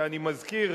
ואני מזכיר,